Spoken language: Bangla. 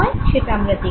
সেটা আমরা দেখবো